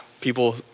people